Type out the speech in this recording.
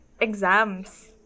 exams